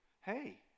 hey